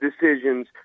decisions